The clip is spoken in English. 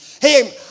Hey